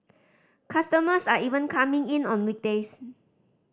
customers are even coming in on weekdays